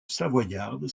savoyarde